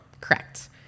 Correct